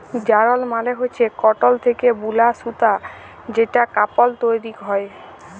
যারল মালে হচ্যে কটল থ্যাকে বুলা সুতা যেটতে কাপল তৈরি হ্যয়